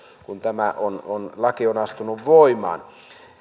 kun tämä laki on astunut voimaan